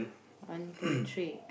one two three